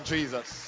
Jesus